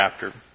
chapter